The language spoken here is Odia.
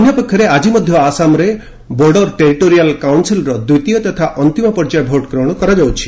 ଅନ୍ୟପକ୍ଷରେ ଆଜି ମଧ୍ୟ ଆସାମରେ ବୋର୍ଡ଼ର ଟେରିଟୋରିଆଲ୍ କାଉନ୍ସିଲ୍ର ଦ୍ୱିତୀୟ ତଥା ଅନ୍ତିମ ପର୍ଯ୍ୟାୟ ଭୋଟ୍ ଗ୍ରହଣ କରାଯାଉଛି